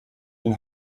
den